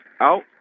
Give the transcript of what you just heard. out